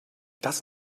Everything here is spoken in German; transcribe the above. das